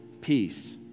peace